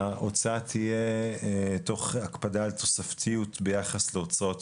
שההוצאה תהיה תוך הקפדה על תוספתיות ביחס להוצאות